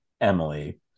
Emily